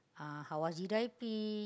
uh Hawazi-Daipi